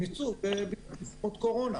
והם ביצעו בדיקות קורונה